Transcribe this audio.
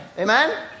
Amen